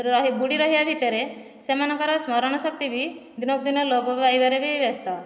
ରହି ବୁଡ଼ି ରହିବା ଭିତରେ ସେମାନଙ୍କର ସ୍ମରଣ ଶକ୍ତି ବି ଦିନକୁ ଦିନ ଲୋପ ପାଇବାରେ ବି ବ୍ୟସ୍ତ